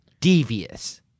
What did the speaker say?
devious